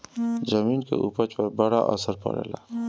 जमीन के उपज पर बड़ा असर पड़ेला